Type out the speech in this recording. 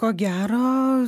ko gero